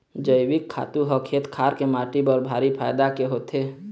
जइविक खातू ह खेत खार के माटी बर भारी फायदा के होथे